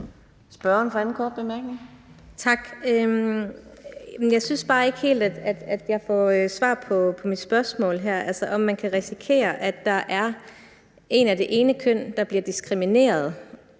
Susie Jessen (DD): Tak. Jeg synes bare ikke helt, jeg får svar på mit spørgsmål her, altså om man kan risikere, at der er en af det ene køn, der bliver diskrimineret,